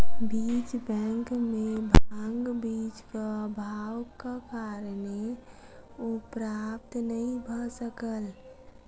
बीज बैंक में भांग बीजक अभावक कारणेँ ओ प्राप्त नै भअ सकल